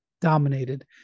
dominated